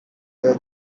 their